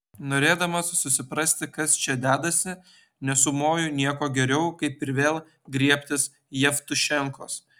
norėdamas susiprasti kas čia dedasi nesumoju nieko geriau kaip ir vėl griebtis jevtušenkos